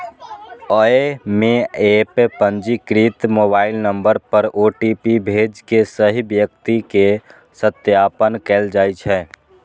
अय मे एप पंजीकृत मोबाइल नंबर पर ओ.टी.पी भेज के सही व्यक्ति के सत्यापन कैल जाइ छै